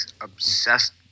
obsessed